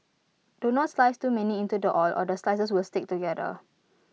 do not slice too many into the oil or the slices will stick together